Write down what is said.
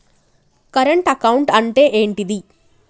Current account అంటే ఏంటిది?